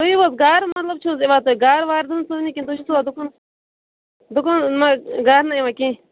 تُہۍ یِیِو حَظ گرِ مطلب چھُو حَظ تُہۍ یِوان گرٕ وردن سُونہِ کہِ نہٕ تُہۍ چھُو دُکانس دُکان مگر گرٕ نہٕ یِوان کینٛہہ